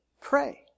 pray